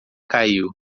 caiu